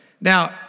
Now